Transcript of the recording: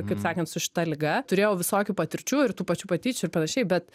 kaip sakant su šita liga turėjau visokių patirčių ir tų pačių patyčių ir panašiai bet